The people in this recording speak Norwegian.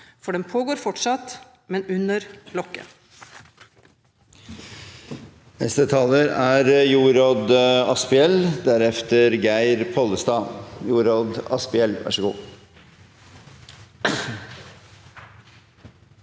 For den pågår fortsatt – men under lokket.